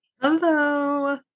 Hello